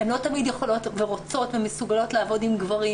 הן לא תמיד יכולות ורוצות ומסוגלות לעבוד עם גברים,